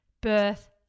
birth